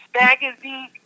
Magazine